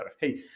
Hey